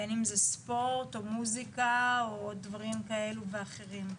בין אם זה ספורט או מוזיקה או דברים כאלה ואחרים.